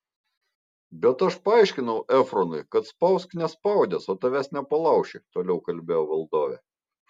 bet aš paaiškinau efronui kad spausk nespaudęs o tavęs nepalauši toliau kalbėjo valdovė